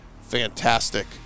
fantastic